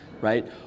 right